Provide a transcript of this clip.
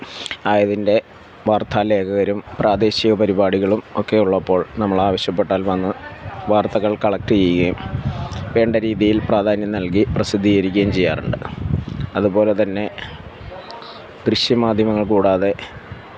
ആയതിന്റെ വാര്ത്താ ലേഖകരും പ്രാദേശിക പരിപാടികളും ഒക്കെ ഉള്ളപ്പോള് നമ്മളാവശ്യപ്പെട്ടാല് വന്ന് വാര്ത്തകള് കളക്റ്റ് ചെയ്യുകയും വേണ്ട രീതിയില് പ്രാധാന്യം നല്കി പ്രസിദ്ധീകരിക്കുകയും ചെയ്യാറുണ്ട് അതുപോലെ തന്നെ ദൃശ്യമാധ്യമങ്ങള് കൂടാതെ